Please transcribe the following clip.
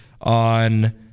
on